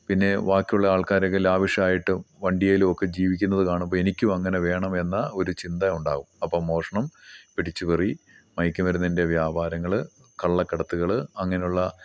പിന്നെ ബാക്കിയുള്ള ആൾക്കാരൊക്കെ ലാവിശായിട്ടും വണ്ടിയിലും ഒക്കെ ജീവിക്കുന്നത് കാണുമ്പോൾ എനിക്കും അങ്ങനെ വേണമെന്ന ഒരു ചിന്ത ഉണ്ടാവും അപ്പം മോഷണം പിടിച്ചു പറി മയക്കുമരുന്നിൻ്റെ വ്യാപാരങ്ങൾ കള്ളക്കെടത്തുകൾ അങ്ങനെയുള്ള